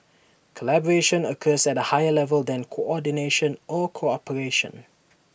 collaboration occurs at A higher level than coordination or cooperation